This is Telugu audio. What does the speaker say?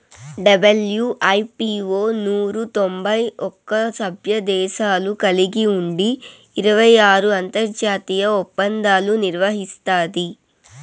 డబ్ల్యూ.ఐ.పీ.వో నూరు తొంభై ఒక్క సభ్యదేశాలు కలిగి ఉండి ఇరవై ఆరు అంతర్జాతీయ ఒప్పందాలు నిర్వహిస్తాది